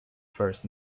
first